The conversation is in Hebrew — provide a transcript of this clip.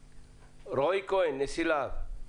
רועי כהן, נשיא לה"ב, בבקשה.